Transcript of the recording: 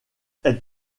elle